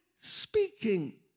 speaking